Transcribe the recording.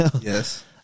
Yes